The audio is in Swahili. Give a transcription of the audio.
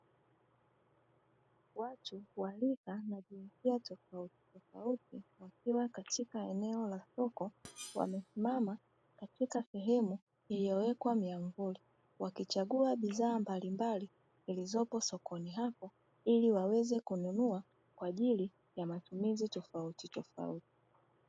Watu wa rika na jinsia tofautitofauti wakiwa katika eneo la soko wamesimama katika sehemu, iliyowekwa miamvuli wakichagua bidhaa mbalimbali zilizopo sokoni hapo, ili waweze kununua kwaajili ya matumizi tofautitofauti.